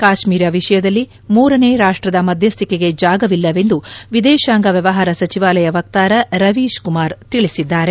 ಕಾಶ್ಮೀರ ವಿಷಯದಲ್ಲಿ ಮೂರನೇ ರಾಷ್ಟ್ರದ ಮಧ್ಯಸ್ಥಿಕೆಗೆ ಜಾಗವಿಲ್ಲ ಎಂದು ವಿದೇಶಾಂಗ ವ್ಯವಹಾರ ಸಚಿವಾಲಯ ವಕ್ತಾರ ರವೀಶ್ ಕುಮಾರ್ ತಿಳಿಸಿದ್ದಾರೆ